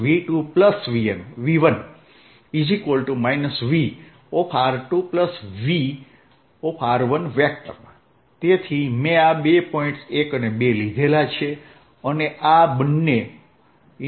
dl V2V1 Vr2V તેથી મેં આ બે પોઇન્ટ્સ 1 અને 2 લીધાં છે અને આ બંને 12E